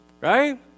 Right